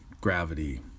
gravity